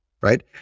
Right